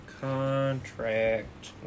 contract